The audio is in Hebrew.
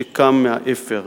שקם מהאפר,